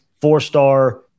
four-star